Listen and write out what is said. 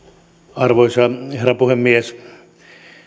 arvoisa herra puhemies